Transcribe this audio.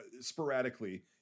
sporadically